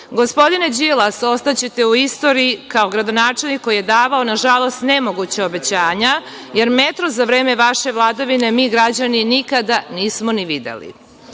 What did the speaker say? metroa. Gospodine Đilas, ostaćete u istoriji kao gradonačelnik koji je davao nažalost nemoguća obećanja, jer metro za vreme vaše vladavine, mi građani nikada nismo videli.